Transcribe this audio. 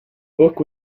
book